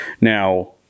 Now